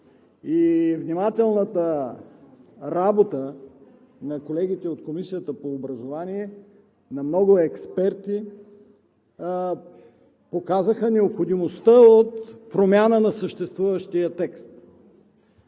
и внимателната работа на колегите от Комисията по образованието и науката, на много експерти показаха необходимостта от промяна на съществуващия текст.